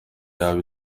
yaba